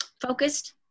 focused